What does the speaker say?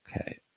Okay